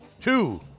Two